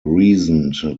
reasoned